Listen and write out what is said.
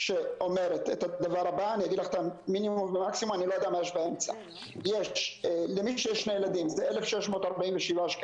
אני יודעת שהם מתייחסים לילדים ולתינוקות בצורה אחרת.